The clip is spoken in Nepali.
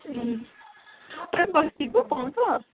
ए सबै बस्तीको पाउँछ